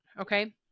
okay